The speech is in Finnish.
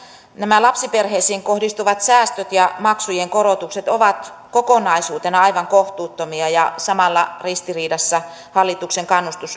nämä lapsiperheisiin kohdistuvat säästöt ja maksujen korotukset ovat kokonaisuutena aivan kohtuuttomia ja samalla ristiriidassa hallituksen